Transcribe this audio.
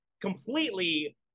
completely